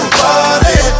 party